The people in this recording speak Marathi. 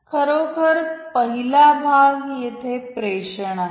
खरोखरपहिला भाग येथे प्रेषण आहे